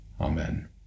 Amen